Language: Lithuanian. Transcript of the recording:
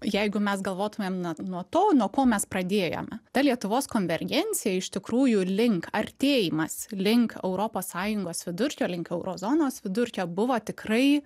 jeigu mes galvotume na nuo to nuo ko mes pradėjome ta lietuvos konvergencija iš tikrųjų link artėjimas link europos sąjungos vidurkio link euro zonos vidurkio buvo tikrai